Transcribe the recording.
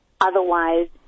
Otherwise